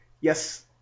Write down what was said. Yes